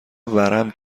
ورم